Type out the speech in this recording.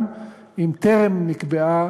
גם אם טרם נקבעה